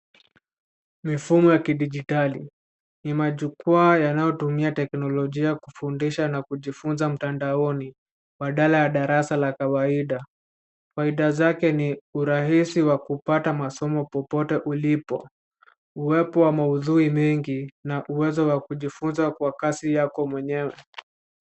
Mifumo ya kidijitali, ni majukwaa yanayotumia teknolojia kufundisha na kujifunza mtandaoni badala ya darasa la kawaida. Faida zake ni urahisi wa kupata masomo popote ulipo, uwepo wa maudhui mengi na uwezo wa kujifunza kwa kasi yako mwenyewe.